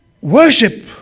worship